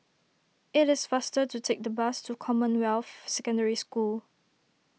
it is faster to take the bus to Commonwealth Secondary School